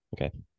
okay